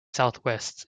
southwest